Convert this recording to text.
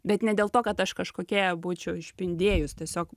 bet ne dėl to kad aš kažkokia būčiau išpindėjus tiesiog